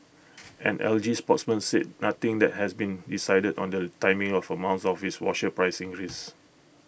an L G spokesman said nothing that has been decided on the timing of amounts of its washer price increase